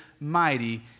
mighty